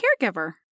caregiver